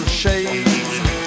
shades